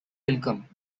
welcome